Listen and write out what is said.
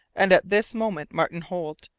and at this moment martin holt,